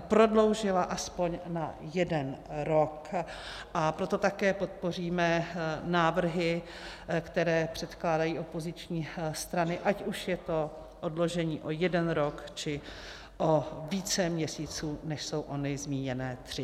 prodloužila aspoň na jeden rok, a proto také podpoříme návrhy, které předkládají opoziční strany, ať už je to odložení o jeden rok, či o více měsíců, než jsou ony zmíněné tři.